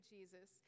Jesus